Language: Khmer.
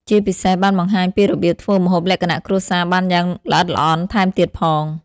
ជាពិសេសបានបង្ហាញពីរបៀបធ្វើម្ហូបលក្ខណៈគ្រួសារបានយ៉ាងល្អិតល្អន់ថែមទៀតផង។